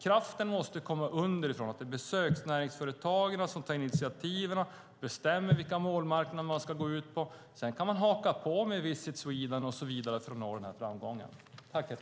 Kraften måste komma underifrån, att det är besöksnäringsföretagen som tar initiativen och bestämmer vilka marknader de ska gå ut på. Sedan kan man haka på Visit Sweden och så vidare för att nå vidare framgångar.